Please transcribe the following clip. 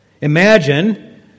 Imagine